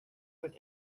but